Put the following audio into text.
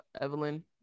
Evelyn